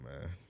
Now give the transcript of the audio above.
man